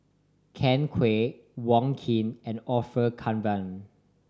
Ken Kwek Wong Keen and Orfeur Cavenagh